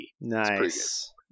Nice